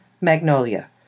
Magnolia